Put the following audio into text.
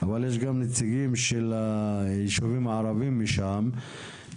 אבל יש גם נציגים של הישובים הערבים משם,